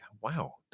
Wow